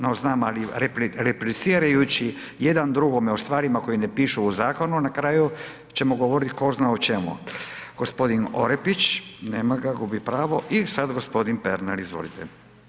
No znam, ali replicirajući jedan drugome o stvarima koje ne pišu u zakonu na kraju ćemo govorit tko zna o čemu. g. Orepić, nema ga, gubi pravo i sad g. Pernar, izvolite.